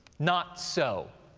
not so,